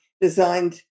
designed